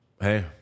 hey